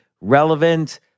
relevant